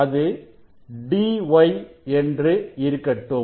அது dy என்று இருக்கட்டும்